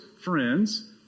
friends